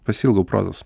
pasiilgau prozos